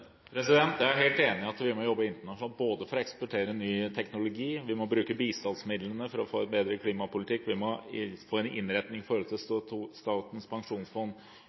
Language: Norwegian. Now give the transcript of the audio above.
Jeg er helt enig i at vi må jobbe internasjonalt – vi må eksportere ny teknologi, vi må bruke bistandsmidlene for å få en bedre klimapolitikk, og vi må få en innretning i